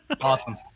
Awesome